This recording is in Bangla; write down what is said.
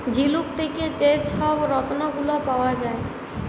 ঝিলুক থ্যাকে যে ছব রত্ল গুলা পাউয়া যায়